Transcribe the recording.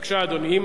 בבקשה, אדוני.